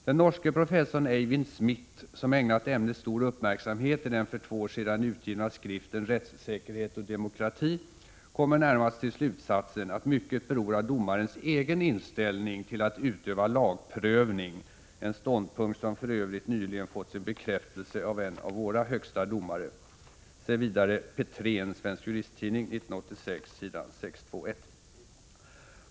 Den norske professorn Eivind Smith, som ägnat ämnet stor uppmärksamhet i den för två år sedan utgivna skriften Rättssäkerhet och demokrati, kommer närmast till slutsatsen att mycket beror av domarens egen inställning till att utöva lagprövning, en ståndpunkt som för övrigt nyligen fått sin bekräftelse av en av våra högsta domare .